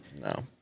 No